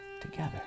together